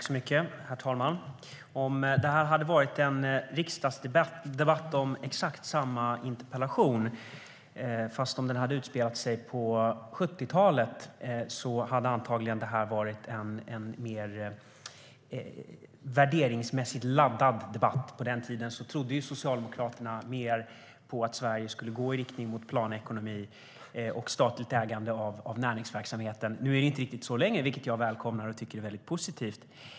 Herr talman! Om detta hade varit en riksdagsdebatt om exakt samma interpellation men om den hade utspelat sig på 70-talet hade det antagligen varit en mer värderingsmässigt laddad debatt. På den tiden trodde Socialdemokraterna mer på att Sverige skulle gå i riktning mot planekonomi och statligt ägande av näringsverksamheten. Nu är det inte riktigt så längre, vilket jag välkomnar och tycker är positivt.